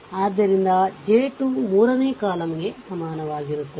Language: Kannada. ಆದ್ದರಿಂದ ಅದು j 2 ಮೂರನೇ ಕಾಲಮ್ಗೆ ಸಮಾನವಾಗಿರುತ್ತದೆ